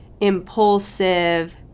impulsive